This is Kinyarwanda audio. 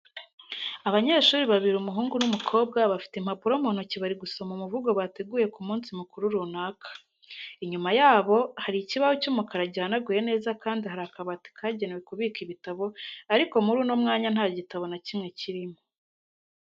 Abanyeshuri babiri umuhungu n'umukobwa bafite impapuro mu ntoki bari gusoma umuvugo bateguye ku munsi mukuru runaka. Inyuma yabo hari ikibaho cy'umukara guhanaguye neza kandi hari kabati kagenewe kubika ibitabo ariko muri uno mwanya nta gitabo na kimwe kirimo.